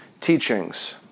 teachings